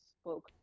spoke